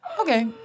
okay